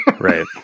Right